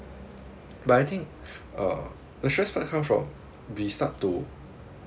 but I think uh assurance might come from we start to